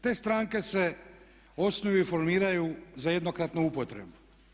Te stranke su osnuju i formiraju za jednokratnu upotrebu.